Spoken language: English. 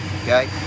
okay